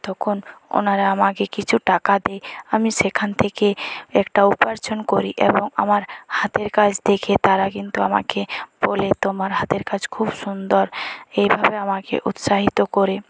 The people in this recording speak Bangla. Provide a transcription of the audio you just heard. তখন ওনারা আমাকে কিছু টাকা দেয় আমি সেখান থেকে একটা উপার্জন করি এবং আমার হাতের কাজ দেখে তারা কিন্তু আমাকে বলে তোমার হাতের কাজ খুব সুন্দর এইভাবে আমাকে উৎসাহিত করে